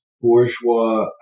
bourgeois